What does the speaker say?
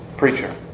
preacher